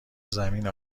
زمین